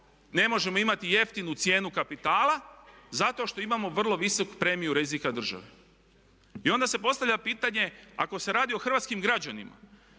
ne možemo imati jeftinu cijenu kapitala zato što imamo vrlo visoku premiju rizika države. I onda se postavlja pitanje ako se radi o hrvatskim građanima